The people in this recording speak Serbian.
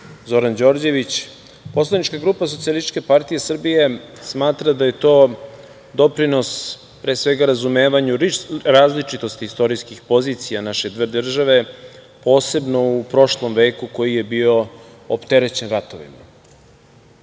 Zoran Đorđević, poslanička grupa SPS smatra da je to doprinos, pre svega, razumevanju različitosti istorijskih pozicija naše dve države, posebno u prošlom veku koji je bio opterećen ratovima. Pri